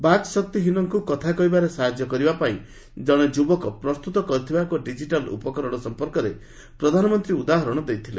ବାକ୍ ଶକ୍ତିହୀନକୁ କଥା କହିବାରେ ସାହାଯ୍ୟ କରିବା ପାଇଁ ଜଣେ ଯୁବକ ପ୍ରସ୍ତୁତ କରିଥିବା ଏକ ଡିଜିଟାଲ୍ ଉପକରଣ ସମ୍ପର୍କରେ ପ୍ରଧାନମନ୍ତ୍ରୀ ଉଦାହରଣ ଦେଇଥିଲେ